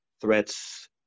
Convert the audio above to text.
threats